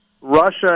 Russia